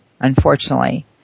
unfortunately